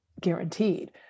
guaranteed